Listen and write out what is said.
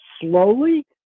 slowly